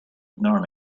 ignore